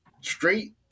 straight